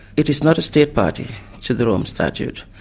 it is not a state party to the rome statute,